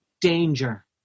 danger